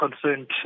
concerned